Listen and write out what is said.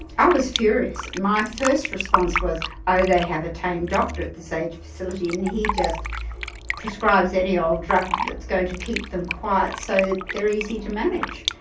i was furious. my first response was oh they have a tame doctor at this aged facility and and he just prescribes any old drug that's going to keep them quiet so they are easy to manage.